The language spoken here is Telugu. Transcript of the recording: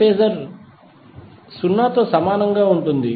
రిఫరెన్స్ ఫేజర్ తో 0 గా ఉంటుంది